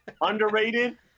Underrated